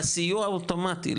בסיוע האוטומטי,